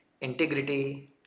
integrity